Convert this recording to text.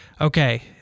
okay